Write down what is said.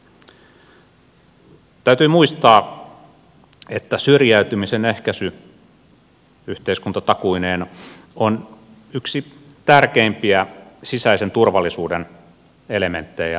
täytyy muistaa että syrjäytymisen ehkäisy yhteiskuntatakuineen on yksi tärkeimpiä sisäisen turvallisuuden elementtejä ja asioita